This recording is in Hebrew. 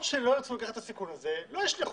רשימות שלא ירצו לקחת את הסיכון הזה, לא ישלחו.